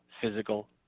physical